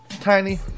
tiny